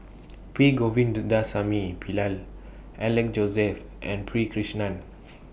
P Govindasamy Pillai Alex Josey and P Krishnan